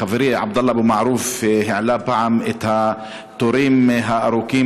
חברי עבדאללה אבו מערוף העלה פעם את התורים הארוכים,